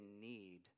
need